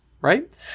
right